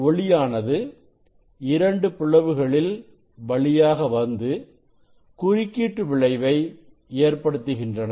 ஒளியானது இரண்டு பிளவுகளில் வழியாக வந்து குறுக்கீட்டு விளைவு ஏற்படுத்துகின்றன